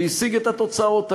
והשיג את התוצאות האלה,